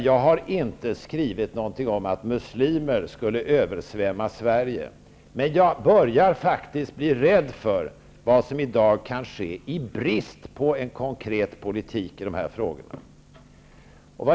Jag har inte skrivit någonting om att muslimer skulle översvämma Sverige, men jag börjar faktiskt bli rädd för vad som i dag kan ske i brist på en konkret politik när det gäller dessa frågor.